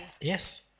Yes